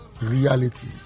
reality